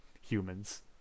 humans